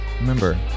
Remember